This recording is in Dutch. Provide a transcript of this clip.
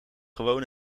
gewoon